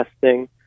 testing